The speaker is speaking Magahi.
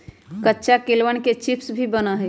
कच्चा केलवन के चिप्स भी बना हई